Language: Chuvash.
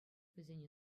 вӗсене